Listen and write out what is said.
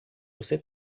você